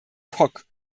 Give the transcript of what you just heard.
kok